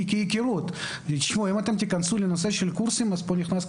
אם אתם תיכנסו לנושא של קורסים פה נכנס,